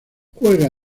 juega